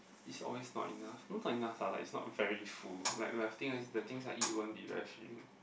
it's always not enough not not enough lah it's like not very full like like the thing I've the things I eat won't be as filling